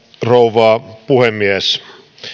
rouva puhemies